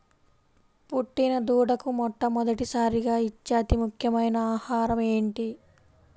పుట్టిన దూడకు మొట్టమొదటిసారిగా ఇచ్చే అతి ముఖ్యమైన ఆహారము ఏంటి?